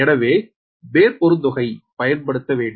எனவே மேற்பொருத்துகை பயன்படுத்த வேண்டும்